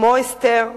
כמו אסתר,